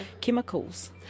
chemicals